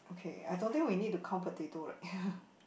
okay I thought that we need to count potato right